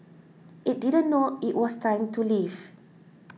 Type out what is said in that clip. it didn't know it was time to leave